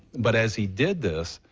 but as he did this,